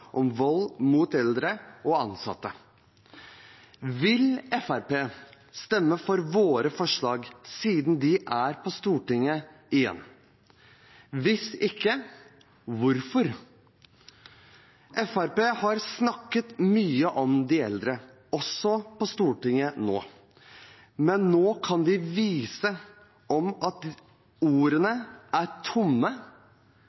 om vold mot eldre og ansatte. Vil Fremskrittspartiet stemme for våre forslag siden de er på Stortinget igjen? Hvis ikke, hvorfor ikke? Fremskrittspartiet har snakket mye om de eldre, også på Stortinget nå, men nå kan de vise om